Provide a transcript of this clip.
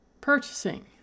purchasing